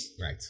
Right